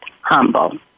humble